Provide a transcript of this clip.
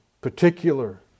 particular